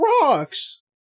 rocks